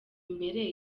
imbere